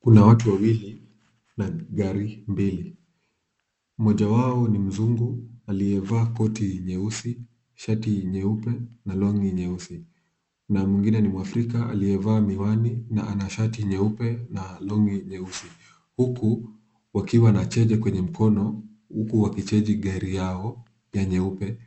Kuna watu wawili na gari mbili, mmoja wao ni mzungu aliyevaa koti nyeusi, shati nyeupe na long'i nyeusi na mwingine ni mwafrika aliyevaa miwani na ana shati nyeupe na long'i nyeusi, huku wakiwa na chaja kwenye mkono huku wakichaji gari yao ya nyeupe.